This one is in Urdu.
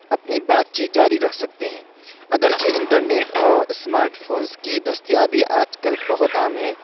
اپنی بات چیت جاری رکھ سکتے ہیں اگرچہ انٹرنیٹ اور اسمارٹ فونس کی دستیابی آج کل بہت عام ہے